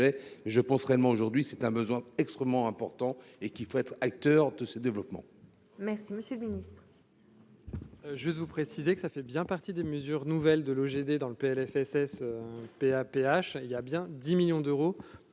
je pense réellement aujourd'hui, c'est un besoin extrêmement important et qu'il faut être acteur de ce développement. Merci, monsieur le Ministre. Juste vous préciser que ça fait bien partie des mesures nouvelles de loger des dans le PLFSS PA PH, il y a bien dix millions d'euros